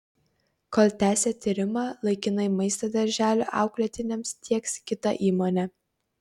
kol tęsia tyrimą laikinai maistą darželių auklėtiniams tieks kita įmonė